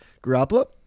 Garoppolo